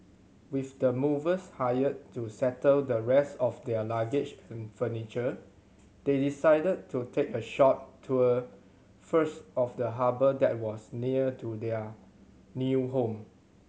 with the movers hired to settle the rest of their luggage and furniture they decided to take a short tour first of the harbour that was near to their new home